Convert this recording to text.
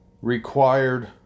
required